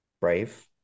brave